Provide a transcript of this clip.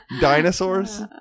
Dinosaurs